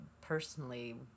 personally